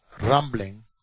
rumbling